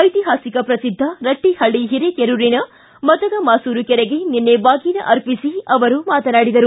ಐತಿಹಾಸಿಕ ಶ್ರಸಿದ್ಧ ರಟ್ಟಹಳ್ಳಿ ಹಿರೇಕೆರೂರಿನ ಮದಗಮಾಸೂರು ಕೆರೆಗೆ ನಿನ್ನೆ ಬಾಗಿನ ಅರ್ಪಿಸಿ ಅವರು ಮಾತನಾಡಿದರು